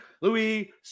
louis